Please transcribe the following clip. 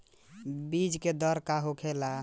बीज के दर का होखेला?